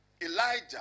Elijah